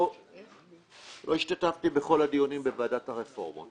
לא השתתפתי בכל הדיונים בוועדת הרפורמות.